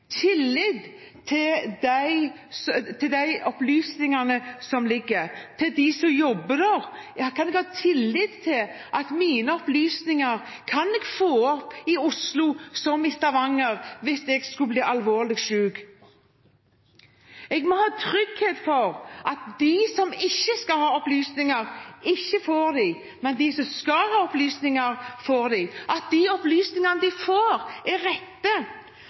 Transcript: til de opplysningene som foreligger, og til dem som jobber der? Kan jeg ha tillit til at jeg kan få opp mine opplysninger i Oslo som i Stavanger, hvis jeg skulle bli alvorlig syk? Jeg må ha trygghet for at de som ikke skal ha opplysninger, ikke får dem, for at de som skal ha opplysninger, får dem, og for at de opplysningene de får, er